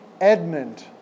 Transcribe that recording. Edmund